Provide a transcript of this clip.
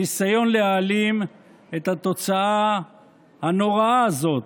הניסיון להעלים את התוצאה הנוראה הזאת,